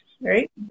Right